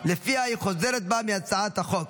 שלפיה היא חוזרת בה מהצעת החוק.